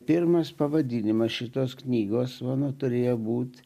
pirmas pavadinimas šitos knygos mano turėjo būt